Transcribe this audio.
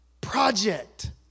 project